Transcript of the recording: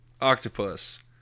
octopus